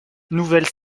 nouvelles